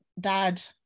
dad